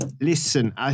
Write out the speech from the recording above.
Listen